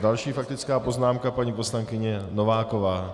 Další faktická poznámka paní poslankyně Novákové.